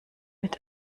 mit